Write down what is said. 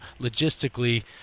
logistically